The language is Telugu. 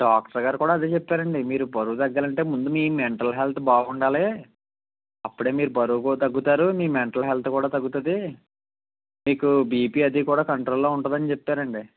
డాక్టర్ గారు కూడా అదే చెప్పారండి మీరు బరువు తగ్గాలంటే ముందు మీ మెంటల్ హెల్త్ బాగుండాలి అప్పుడే మీరు బరువు కూడా తగ్గుతారు మీ మెంటల్ హెల్త్ కూడా తగ్గుతుంది మీకు బిపి అది కూడా కంట్రోల్లో ఉంటుంది అని చెప్పారండి